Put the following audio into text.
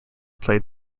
played